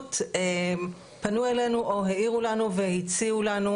בפרקליטות פנו אלינו, או העירו לנו והציעו לנו,